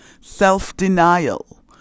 self-denial